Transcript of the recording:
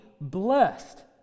blessed